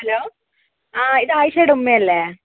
hello ആ ഇത് ആയിഷയുടെ ഉമ്മ അല്ലേ